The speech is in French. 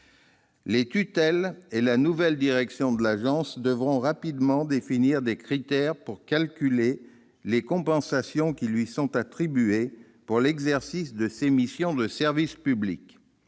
Les tutelles et la nouvelle direction de l'Agence devront rapidement définir des critères pour calculer les compensations qui lui sont attribuées pour l'exercice de ses missions de service public.